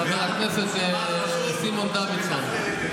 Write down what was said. חבר הכנסת סימון דוידסון.